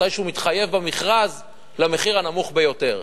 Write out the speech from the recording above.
כאשר הוא מתחייב במכרז למחיר הנמוך ביותר,